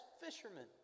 fishermen